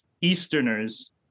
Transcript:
Easterners